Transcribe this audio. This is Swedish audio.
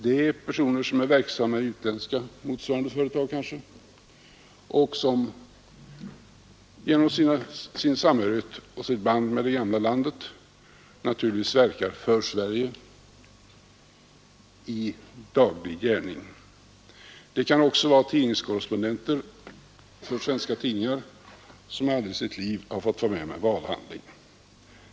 Det är personer som är verksamma i utländska företag och som genom sin samhörighet och sina band med det gamla landet naturligtvis verkar för Sverige i daglig gärning. Det kan också vara svenska tidningskorrespondenter som aldrig i sitt liv fått vara med om en valhandling.